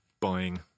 buying